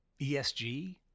ESG